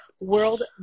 World